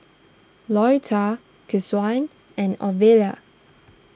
Lolita Keshaun and Ovila